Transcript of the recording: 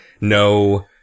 no